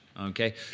okay